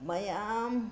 ꯃꯌꯥꯝ